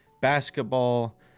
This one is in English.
basketball